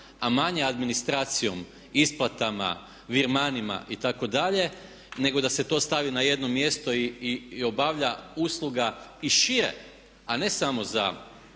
a manje administracijom, isplatama, virmanima itd., nego da se to stavi na jedno mjesto i obavlja usluga i šire a ne samo za